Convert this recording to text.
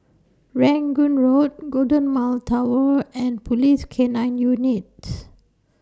Rangoon Road Golden Mile Tower and Police K nine Unit